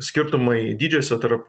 skirtumai dydžiuose tarp